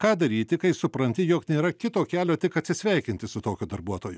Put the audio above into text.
ką daryti kai supranti jog nėra kito kelio tik atsisveikinti su tokiu darbuotoju